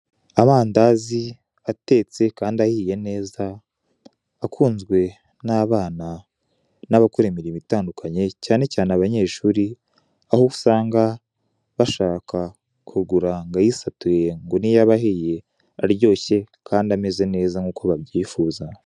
Amandazi atetse kandi ahiye neza, akunzwe n'abana n'abakora imirimo itandukanye cyane cyane abanyeshuri, aho usanga bashaka kugura ngo ayisatuye ngo ntiyo aba ahiye araryoshye kandi ameze neza nk'uko babyifuza.